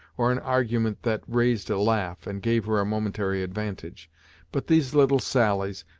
or an argument that raised a laugh, and gave her a momentary advantage but these little sallies,